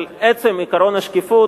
אבל עצם עקרון השקיפות,